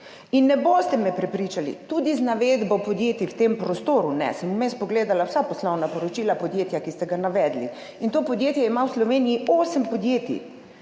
In ne boste me prepričali, tudi z navedbo podjetij v tem prostoru ne, sem vmes pogledala vsa poslovna poročila podjetja, ki ste ga navedli, in to podjetje ima v Sloveniji osem podjetij.